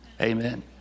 Amen